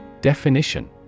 Definition